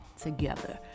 together